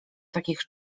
takich